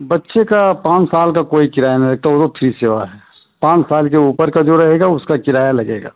बच्चे का पाँच साल का कोई किराया नहीं लगता वो तो फ़्री सेवा है पाँच साल के ऊपर का जो रहेगा उसका किराया लगेगा